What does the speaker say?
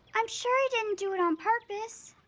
i'm sure he didn't do it on purpose.